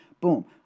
Boom